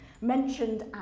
mentioned